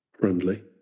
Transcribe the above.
friendly